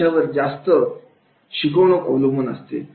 याच्यावर जास्तीत जास्त शिकवणूक अवलंबून असते